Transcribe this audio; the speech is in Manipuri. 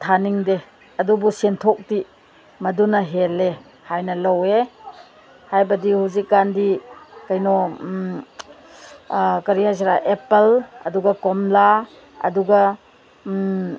ꯊꯥꯅꯤꯡꯗꯦ ꯑꯗꯨꯕꯨ ꯁꯦꯟꯊꯣꯛꯇꯤ ꯃꯗꯨꯅ ꯍꯦꯜꯂꯦ ꯍꯥꯏꯅ ꯂꯧꯋꯦ ꯍꯥꯏꯕꯗꯤ ꯍꯧꯖꯤꯛꯀꯥꯟꯗꯤ ꯀꯩꯅꯣ ꯀꯔꯤ ꯍꯥꯏꯁꯤꯔꯥ ꯑꯦꯞꯄꯜ ꯑꯗꯨꯒ ꯀꯣꯝꯂꯥ ꯑꯗꯨꯒ